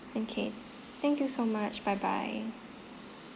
okay thank you so much bye bye